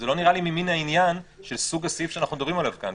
זה לא נראה לי ממן העניין של סוג הסעיף שאנחנו מדברים עליו כאן.